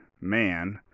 man